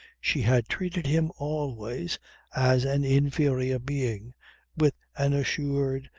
she had treated him always as an inferior being with an assured,